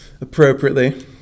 appropriately